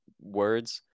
words